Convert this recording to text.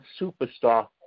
superstar